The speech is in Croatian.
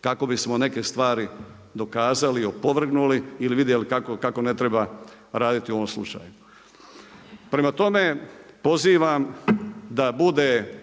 kako bismo neke stvari, dokazali, opovrgnuli ili vidjeli kako ne treba raditi u ovom slučaju. Prema tome pozivam da bude